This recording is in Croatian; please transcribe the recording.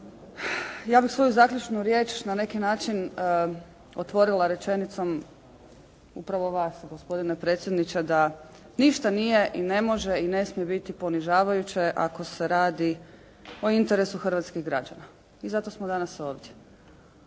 Ja bih svoju zaključnu riječ na neki način otvorila rečenicom upravo vas gospodine predsjedniče, da ništa nije i ne može i ne smije biti ponižavajuće, ako se radi o interesu hrvatskih građana i zato smo danas ovdje.